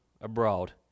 abroad